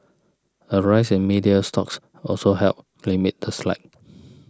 a rise in media stocks also helped limit the slide